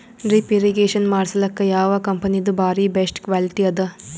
Drip irrigation ಮಾಡಸಲಕ್ಕ ಯಾವ ಕಂಪನಿದು ಬಾರಿ ಬೆಸ್ಟ್ ಕ್ವಾಲಿಟಿ ಅದ?